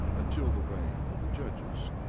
until the reign of the judges,